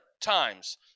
times